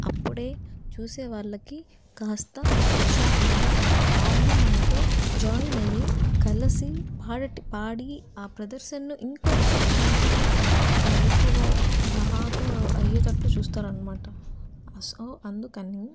అప్పుడే చూసే వాళ్ళకి కాస్త ఉత్సాహంగా వాళ్ళు మనతో జాయిన్ అయ్యి కలసి పాడటి పాడి ఆ ప్రదర్శనను ఇంకొంచెం మంచిగా ఎక్కువ బాగా అయ్యేటట్లు చూస్తారనమాట సో అందుకని